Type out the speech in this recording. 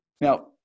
now